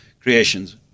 creations